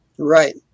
right